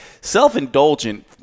self-indulgent